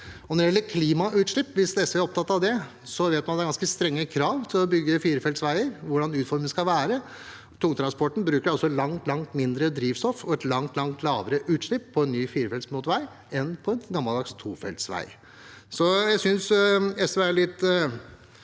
Når det gjelder klimautslipp: Hvis SV er opptatt av det, vet de at det er ganske strenge krav til å bygge firefelts veier og til hvordan utformingen skal være. Tungtransporten bruker langt, langt mindre drivstoff og har langt, langt lavere utslipp på en ny firefelts motorvei enn på en gammeldags tofeltsvei. Jeg synes SV – hva